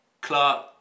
Clark